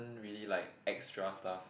really like extra stuff